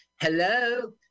Hello